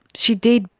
she did,